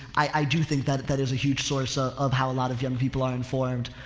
i, i do think that, that is a huge source of, of how a lot of young people are informed.